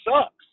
sucks